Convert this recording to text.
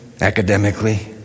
academically